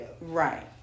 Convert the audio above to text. Right